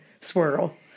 swirl